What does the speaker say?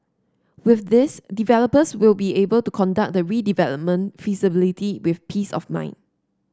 with this developers will be able to conduct the redevelopment feasibility with peace of mind